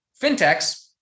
fintechs